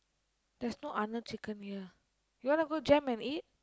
there's no Arnold Chicken here you wanna go Jem and eat